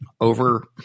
Over